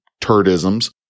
turdisms